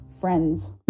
friends